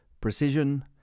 precision